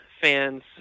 fans